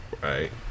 Right